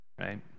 Right